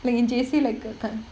like in J_C like gu~